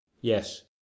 Yes